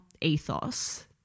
ethos